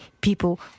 people